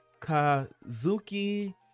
Kazuki